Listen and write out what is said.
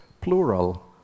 plural